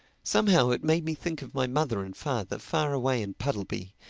somehow it made me think of my mother and father far away in puddleby,